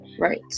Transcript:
Right